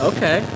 Okay